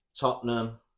Tottenham